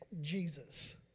Jesus